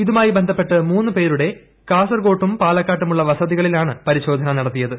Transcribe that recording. ഇതുമായി ബന്ധപ്പെട്ട് മൂന്നുപേരുടെ കാസർകോട്ടും പാലക്കാട്ടുമുള്ള വസതികളിലാണ് പരിശോധന നടത്തിയത്